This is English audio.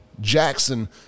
jackson